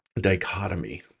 dichotomy